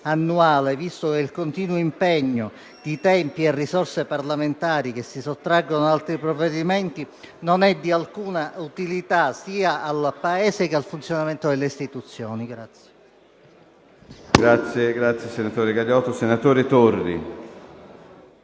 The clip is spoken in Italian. annuale, visto il continuo impegno di tempi e risorse parlamentari che si sottraggono ad altri provvedimenti non è di alcuna utilità, sia al Paese che al funzionamento delle istituzioni.